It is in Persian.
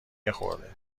یخورده